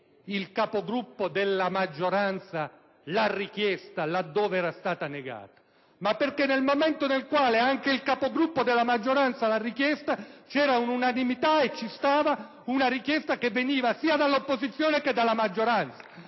il Capogruppo della maggioranza l'ha richiesta laddove era stata negata, ma perché nel momento nel quale anche il Capogruppo della maggioranza l'ha richiesta c'era un'unanimità: c'era una richiesta che veniva sia dall'opposizione che dalla maggioranza.